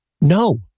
No